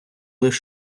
лиш